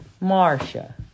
Marcia